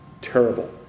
Terrible